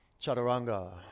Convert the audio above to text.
Chaturanga